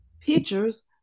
pictures